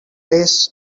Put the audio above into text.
lace